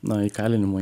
na įkalinimo